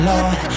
Lord